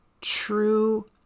true